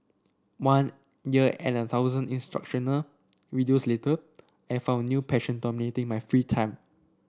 one year and a thousand instructional videos later I found a new passion dominating my free time